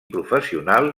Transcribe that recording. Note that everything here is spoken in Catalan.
professional